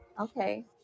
okay